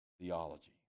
theology